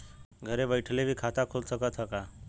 घरे बइठले भी खाता खुल सकत ह का?